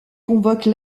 convoque